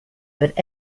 but